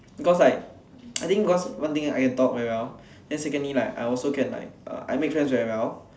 because like I think because one thing I can talk very well then secondly like I also can like I make friends very well